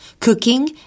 cooking